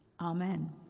amen